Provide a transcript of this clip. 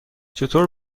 چطور